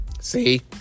See